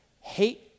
hate